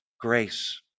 Grace